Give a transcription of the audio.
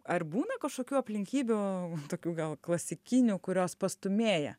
ar būna kažkokių aplinkybių tokių gal klasikinių kurios pastūmėja